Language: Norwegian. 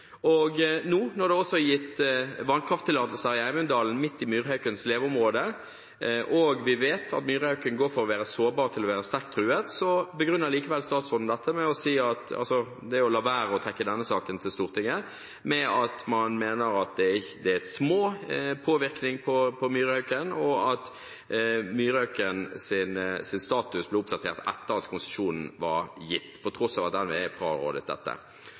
Og nå når det også er gitt vannkrafttillatelse i Einunndalen, midt i myrhaukens leveområde – og vi vet at myrhauken går fra å være sårbar til å være sterkt truet – begrunner likevel statsråden det å la være å trekke denne saken til Stortinget med å si at man mener at det i liten grad påvirker myrhauken, og at myrhaukens status ble oppdatert etter at konsesjonen var gitt, på tross av at NVE frarådet dette.